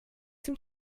dem